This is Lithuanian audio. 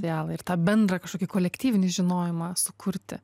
idealą ir tą bendrą kažkokį kolektyvinį žinojimą sukurti